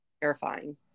terrifying